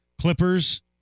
Clippers